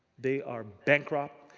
they are bankrupt.